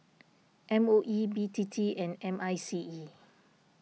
M O E B T T and M I C E